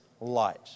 light